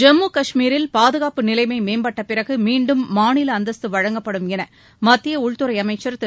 ஜம்மு கஷ்மீரில் பாதுகாப்பு நிலைமை மேம்பட்ட பிறகு மீண்டும் மாநில அந்தஸ்து வழங்கப்படும் என மத்திய உள்துறை அமைச்சர் திரு